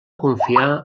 confiar